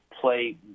play